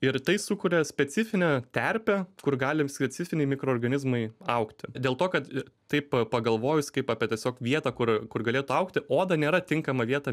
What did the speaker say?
ir tai sukuria specifinę terpę kur gali specifiniai mikroorganizmai augti dėl to kad taip pagalvojus kaip apie tiesiog vietą kur kur galėtų augti oda nėra tinkama vieta